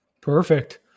Perfect